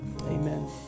Amen